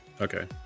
Okay